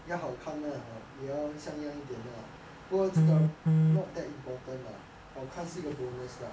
要好看 lah 也要像样一点的 lah 不过这个 not that important lah 好看是个 bonus lah